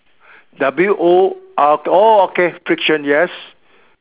W O R orh okay friction yes